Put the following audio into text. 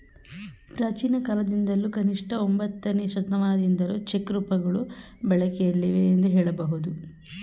ಪ್ರಾಚೀನಕಾಲದಿಂದಲೂ ಕನಿಷ್ಠ ಒಂಬತ್ತನೇ ಶತಮಾನದಿಂದಲೂ ಚೆಕ್ ರೂಪಗಳು ಬಳಕೆಯಲ್ಲಿವೆ ಎಂದು ಹೇಳಬಹುದು